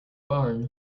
barn